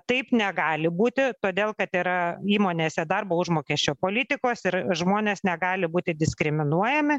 taip negali būti todėl kad yra įmonėse darbo užmokesčio politikos ir žmonės negali būti diskriminuojami